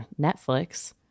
Netflix